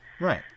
Right